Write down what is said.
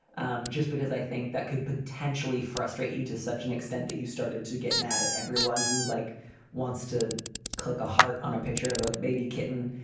um just because i think that could potentially frustrate you to such an extent that you started to get mad at everyone who like wants to click a heart on a picture of a like baby kitten.